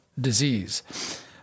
disease